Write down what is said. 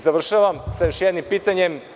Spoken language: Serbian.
Završavam sa još jednim pitanjem.